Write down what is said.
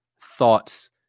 thoughts